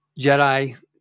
Jedi